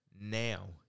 now